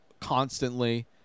constantly